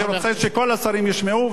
אני רוצה שכל השרים ישמעו,